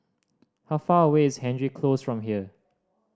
how far away is Hendry Close from here